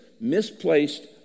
misplaced